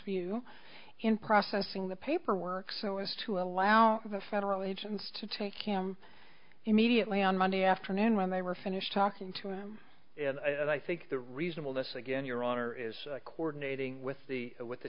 view in processing the paperwork so as to allow the federal agents to take him immediately on monday afternoon when they were finished talking to them and i think the reasonable this again your honor is coordinating with the with the